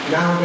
Now